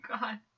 God